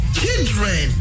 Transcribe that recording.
children